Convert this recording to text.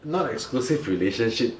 non-exclusive relationship